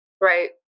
right